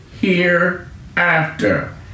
hereafter